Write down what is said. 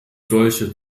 solche